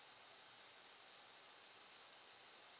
lah